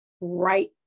right